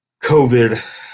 COVID